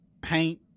paint